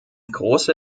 große